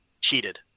cheated